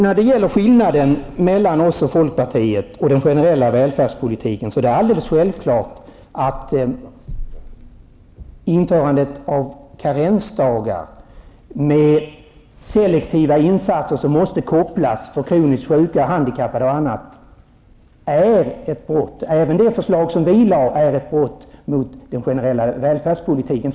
När det gäller skillnaderna mellan socialdemokraterna och folkpartiet beträffande den generella välfärdspolitiken, är det alldeles självklart att införandet av karensdagar med selektiva insatser som måste kopplas till detta för kroniskt sjuka, handikappade och andra, är ett brott mot den generella välfärdspolitiken. Även det förslag som vi lade fram är ett brott mot den generella välfärdspolitiken.